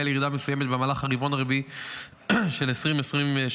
על ירידה מסוימת במהלך הרבעון הרביעי של 2023,